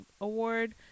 award